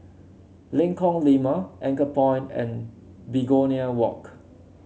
Lengkong Lima Anchorpoint and Begonia Walk